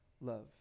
love